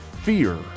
fear